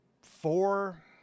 four